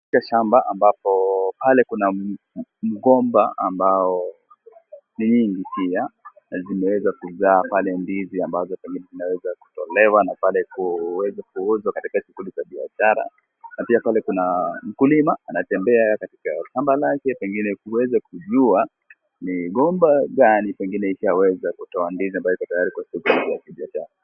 Katika shamba ambapo pale kuna mgomba ambao ni nyingi pia na zimeweza kuzaa pale ndizi ambazo zenye zinaweza kutolewa na pale kuweza kuuzwa katika shughuli za biashara. Na pia pale kuna mkulima anatembea katika shamba lake, pengine kuweza kujua ni mgomba gani pengine ishaweza kutoa ndizi ambayo iko tayari kwa shughuli ya kibiashara.